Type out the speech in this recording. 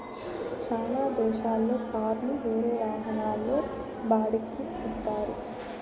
చాలా దేశాల్లో కార్లు వేరే వాహనాల్లో బాడిక్కి ఇత్తారు